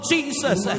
Jesus